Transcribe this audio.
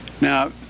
Now